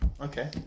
Okay